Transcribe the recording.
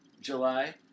July